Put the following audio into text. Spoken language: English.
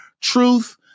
truth